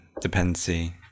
dependency